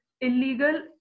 illegal